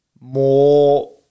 more